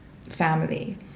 family